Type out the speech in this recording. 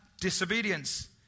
disobedience